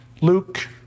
Luke